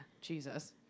Jesus